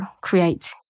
create